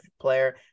player